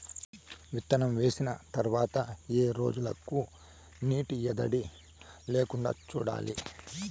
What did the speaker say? విత్తనం వేసిన తర్వాత ఏ రోజులకు నీటి ఎద్దడి లేకుండా చూడాలి?